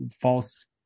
false